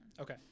Okay